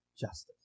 justice